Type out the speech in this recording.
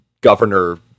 governor